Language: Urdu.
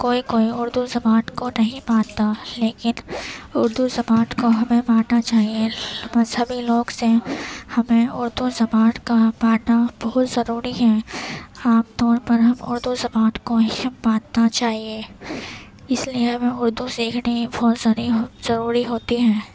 کوئی کوئی اردو زبان کو نہیں مانتا لیکن اردو زبان کو ہمیں ماننا چاہیے مذہبی لوگ سے ہمیں اردو زبان کا ماننا بہت ضروری ہے عام طور پر ہم اردو زبان کو ہی میں ماننا چاہیے اس لیے ہمیں اردو سیکھنی ہی بہت ضری ضروری ہوتی ہے